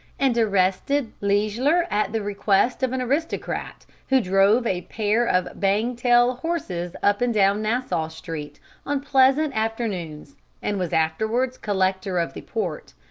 and arrested leisler at the request of an aristocrat who drove a pair of bang-tail horses up and down nassau street on pleasant afternoons and was afterwards collector of the port.